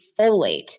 folate